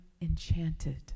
enchanted